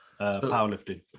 powerlifting